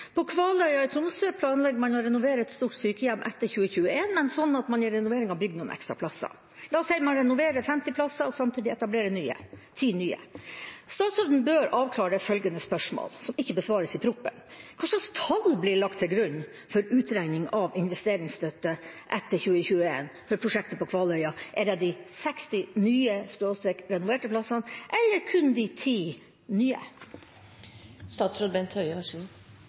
På Kvaløya i Tromsø planlegger man å renovere et stort sykehjem etter 2021, men sånn at man i renoveringa bygger noen ekstra plasser. La oss si man renoverer 50 plasser og samtidig etablerer 10 nye. Statsråden bør avklare følgende spørsmål, som ikke besvares i proposisjonen: Hva slags tall blir lagt til grunn for utregning av investeringsstøtte etter 2021 for prosjektet på Kvaløya? Er det de 60 nye/renoverte plassene, eller kun de 10 nye?